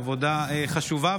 עבודה חשובה,